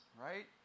right